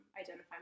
identify